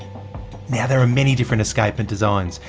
now there are many different escapement designs,